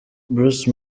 bruce